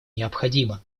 необходимо